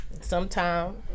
Sometime